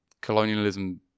colonialism